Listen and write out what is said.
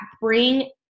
bring